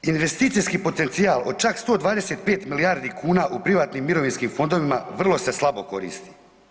Investicijski potencijal od čak 125 milijardi kuna u privatnim mirovinskim fondovima vrlo se slabo koristi.